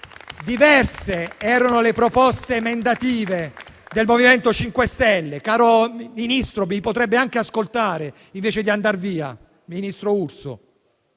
Diverse erano le proposte emendative del MoVimento 5 Stelle - caro ministro Urso, mi potrebbe anche ascoltare invece di andar via